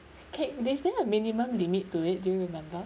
K is there a minimum limit to it do you remember